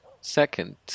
Second